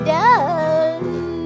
done